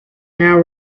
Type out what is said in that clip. now